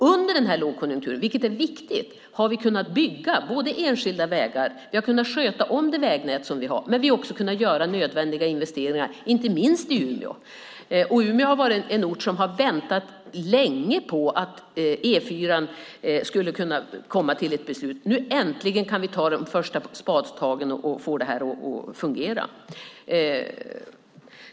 Under lågkonjunkturen - vilket är viktigt - har vi kunnat både bygga enskilda vägar och sköta om det vägnät som vi har, men vi har också kunnat göra nödvändiga investeringar inte minst i Umeå. Umeå är en ort som har väntat länge på ett beslut om E4:an, och nu kan vi äntligen ta de första spadtagen och få det här att fungera.